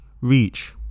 reach